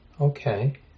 Okay